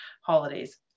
holidays